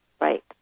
Right